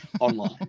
online